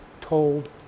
told